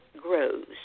grows